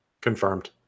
Confirmed